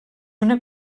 una